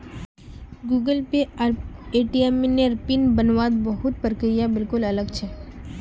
Google Pay आर ATM नेर PIN बन वात बहुत प्रक्रिया बिल्कुल अलग छे